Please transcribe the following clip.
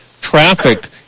traffic